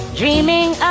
dreaming